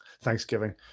Thanksgiving